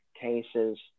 cases